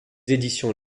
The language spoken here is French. éditions